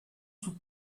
sous